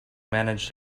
manage